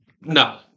no